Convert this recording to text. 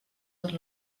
per